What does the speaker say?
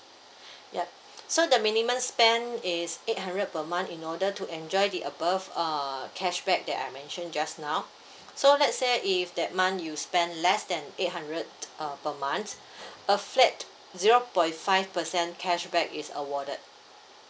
ya so the minimum spend is eight hundred per month in order to enjoy the above err cashback that I mentioned just now so let say if that month you spend less than eight hundred uh per month a flat zero point five percent cashback is awarded